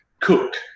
cook